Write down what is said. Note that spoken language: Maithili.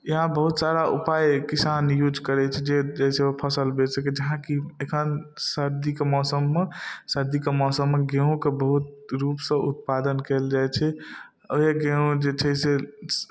इएह बहुत सारा उपाय किसान यूज करै छै जे जैसँ ओ फसल बेच सकै जहाँ कि एखन सर्दीके मौसममे सर्दीके मौसममे गेहूँके बहुत रूपसँ उत्पादन कयल जाइ छै आओर गेहूँ जे छै से